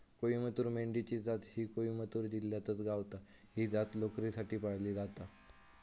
कोईमतूर मेंढी ची जात ही कोईमतूर जिल्ह्यातच गावता, ही जात लोकरीसाठी पाळली जाता